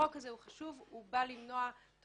החוק הזה חשוב, הוא בא למנוע תופעה